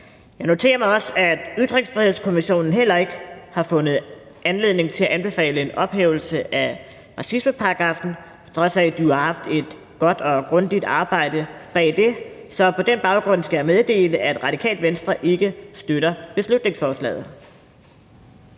Jeg noterer mig også, at Ytringsfrihedskommissionen heller ikke har fundet anledning til at anbefale en ophævelse af racismeparagraffen, på trods af at de jo har haft et godt og grundigt arbejde bag det. På den baggrund skal jeg meddele, at Radikale Venstre ikke støtter beslutningsforslaget.